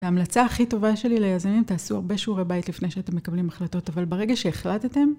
ההמלצה הכי טובה שלי ליזמים תעשו הרבה שיעורי בית לפני שאתם מקבלים החלטות אבל ברגע שהחלטתם